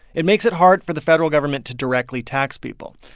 it makes it hard for the federal government to directly tax people.